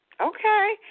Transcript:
Okay